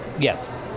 Yes